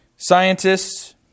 Scientists